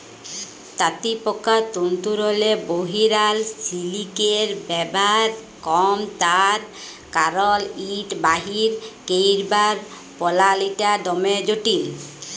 তাঁতিপকার তল্তুরলে বহিরাল সিলিকের ব্যাভার কম তার কারল ইট বাইর ক্যইরবার পলালিটা দমে জটিল